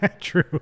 True